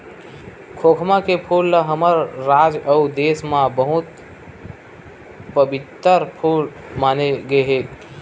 खोखमा के फूल ल हमर राज अउ देस म बहुत पबित्तर फूल माने गे हे